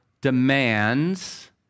demands